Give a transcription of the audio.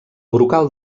brocal